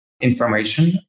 information